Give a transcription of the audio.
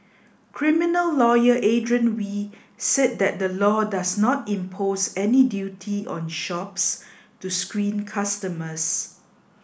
criminal lawyer Adrian Wee said that the law does not impose any duty on shops to screen customers